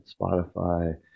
Spotify